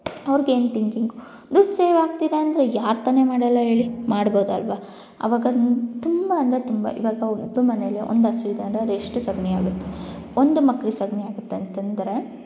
ಅವ್ರ್ಗೇನು thinking ದುಡ್ಡು ಸೇವಾಗ್ತಿದೆ ಅಂದರೆ ಯಾರುತಾನೇ ಮಾಡೊಲ್ಲ ಹೇಳಿ ಮಾಡಬೋದಲ್ವ ಆವಾಗ ತುಂಬ ಅಂದರೆ ತುಂಬ ಇವಾಗ ಒಬ್ರು ಮನೆಯಲ್ಲಿ ಒಂದು ಹಸು ಇದೆ ಅಂದರೆ ಅದೆಷ್ಟು ಸೆಗಣಿಯಾಗುತ್ತೆ ಒಂದು ಮಂಕರಿ ಸೆಗಣಿಯಾಗುತ್ತೆ ಅಂತೆಂದ್ರೆ